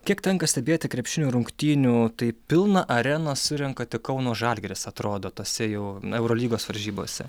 kiek tenka stebėti krepšinio rungtynių tai pilną areną surenka tik kauno žalgiris atrodo tose jau na eurolygos varžybose